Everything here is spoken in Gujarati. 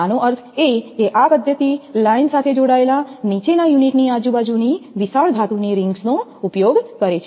આનો અર્થ એ કે આ પદ્ધતિ લાઇન સાથે જોડાયેલા નીચેના યુનિટની આજુબાજુની વિશાળ ધાતુની રિંગ્સનો ઉપયોગ કરે છે